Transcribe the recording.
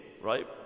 right